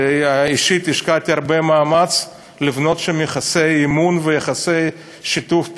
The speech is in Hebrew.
שאישית השקעתי המון מאמץ לבנות שם יחסי אמון ויחסי שיתוף פעולה?